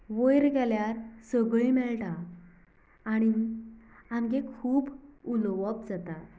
वयर गेल्यार सगळीं मेळटा आनीक आमगें खूब उलोवप जाता